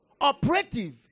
operative